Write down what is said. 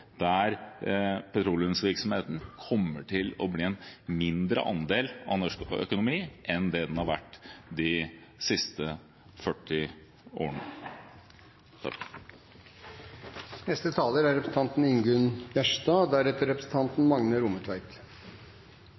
der petroleumsvirksomheten kommer til å bli en mindre andel av norsk økonomi enn det den har vært de siste 40 årene. Eg vil takka interpellanten Per Rune Henriksen for å reisa dette temaet, som er